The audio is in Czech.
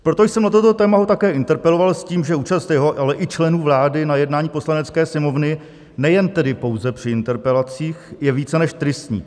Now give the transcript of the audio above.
Proto jsem ho na toto téma také interpeloval s tím, že účast jeho, ale i členů vlády na jednání Poslanecké sněmovny nejen pouze při interpelacích je více než tristní.